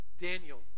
Daniel